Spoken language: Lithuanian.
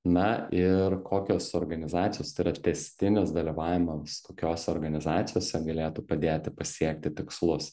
na ir kokios organizacijos tai yra tęstinis dalyvavimams kokiose organizacijose galėtų padėti pasiekti tikslus